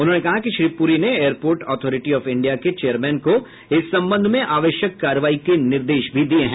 उन्होंने कहा कि श्री पूरी ने एयरपोर्ट ऑथोरेटि ऑफ इंडिया के चेयरमैन को इस संबंध में आवश्यक कार्रवाई के निर्देश भी दिये हैं